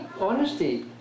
honesty